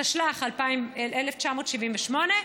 התשל"ח 1978,